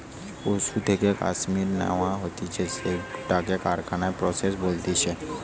পশুর থেকে কাশ্মীর ন্যাওয়া হতিছে সেটাকে কারখানায় প্রসেস বলতিছে